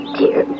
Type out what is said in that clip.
dear